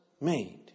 made